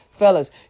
Fellas